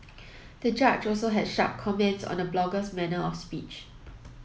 the judge also had sharp comments on the blogger's manner of speech